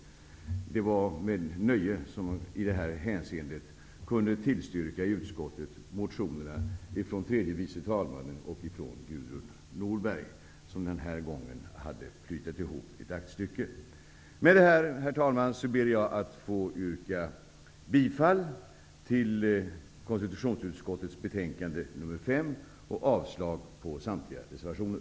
Det var ett nöje att vi i det här hänseendet kunde tillstyrka motionerna från tredje vice talmannen och från Gudrun Norberg, som den här gången hade plitat ihop var sitt aktstycke. Med detta, herr talman, ber jag att få yrka bifall till hemställan i konstitutionsutskottets betänkande nr